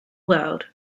world